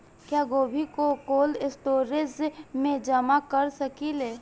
क्या गोभी को कोल्ड स्टोरेज में जमा कर सकिले?